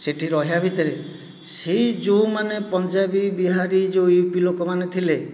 ସେଠି ରହିବା ଭିତରେ ସେଇ ଯେଉଁମାନେ ପଞ୍ଜାବୀ ବିହାରୀ ଯୋଉ ୟୁ ପି ଲୋକମାନେ ଥିଲେ